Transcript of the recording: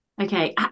Okay